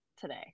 today